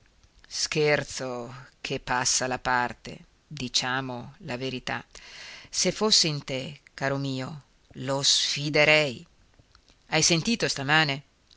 scherzo che passa la parte diciamo la verità se fossi in te caro mio lo sfiderei hai sentito stamane